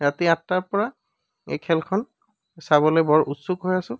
ৰাতি আঠটাৰ পৰা এই খেলখন চাবলৈ বৰ উৎসুক হৈ আছোঁ